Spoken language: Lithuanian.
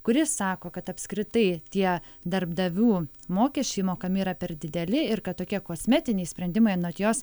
kuri sako kad apskritai tie darbdavių mokesčiai mokami yra per dideli ir kad tokie kosmetiniai sprendimai anot jos